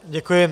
Děkuji.